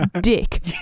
Dick